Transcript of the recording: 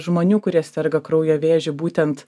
žmonių kurie serga kraujo vėžiu būtent